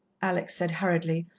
alex said hurriedly,